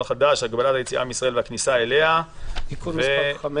החדש (הוראת שעה) (הגבלת היציאה מישראל והכניסה אליה)(תיקון מס'